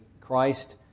Christ